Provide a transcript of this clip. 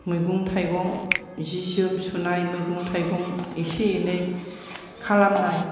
मैगं थाइगं जि जोम सुनाय मैगं थाइगं एसे एनै खालामनाय